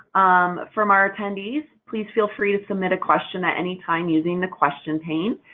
um from our attendees. please feel free to submit a question at any time, using the question pane.